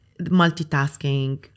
multitasking